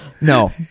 no